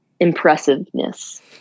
impressiveness